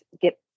get